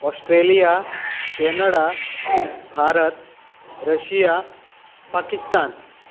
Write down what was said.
Australia Canada Bharat Russia Pakistan